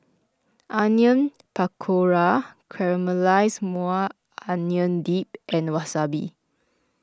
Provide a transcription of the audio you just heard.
Onion Pakora Caramelized Maui Onion Dip and Wasabi